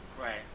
Right